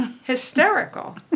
hysterical